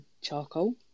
charcoal